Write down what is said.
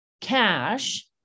cash